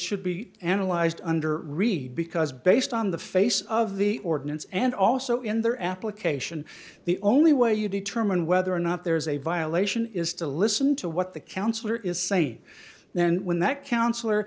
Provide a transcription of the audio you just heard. should be analyzed under read because based on the face of the ordinance and also in their application the only way you determine whether or not there is a violation is to listen to what the counselor is saying then when that counselor